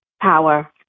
power